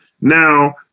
now